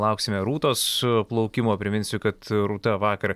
lauksime rūtos plaukimo priminsiu kad rūta vakar